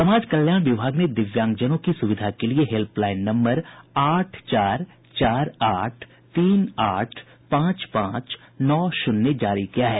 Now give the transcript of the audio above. समाज कल्याण विभाग ने दिव्यांगजनों की सुविधा के लिये हेल्पलाईन नम्बर आठ चार चार आठ तीन आठ पांच पांच नौ शुन्य जारी किया है